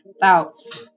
thoughts